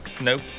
Nope